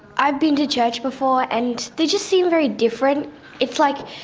i've been to church before and they just seemed very different it's like,